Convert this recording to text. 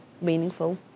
meaningful